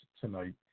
tonight